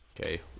Okay